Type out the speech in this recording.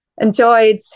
enjoyed